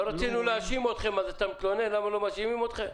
רצינו להאשים אתכם אז אתה מתלונן למה לא מזכירים אתכם?